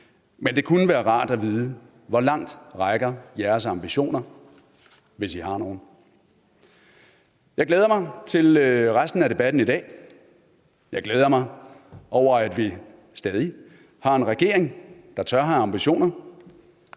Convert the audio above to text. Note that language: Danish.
men det kunne være rart at vide, hvor langt jeres ambitioner rækker, hvis I har nogen. Jeg glæder mig til resten af debatten i dag. Jeg glæder mig over, at vi stadig har en regering, der tør have ambitioner,